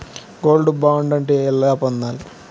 Gold bond ఎలా పొందాలి?